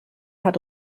hat